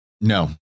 No